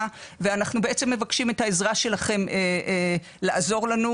ואנחנו בעצם מבקשים את העזרה שלכם לעזור לנו,